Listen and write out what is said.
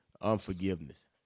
unforgiveness